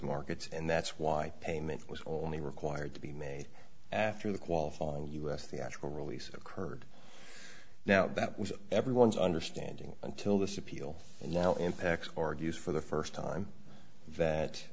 markets and that's why payment was only required to be made after the qualifying u s theatrical release occurred now that was everyone's understanding until this appeal now impacts argues for the st time that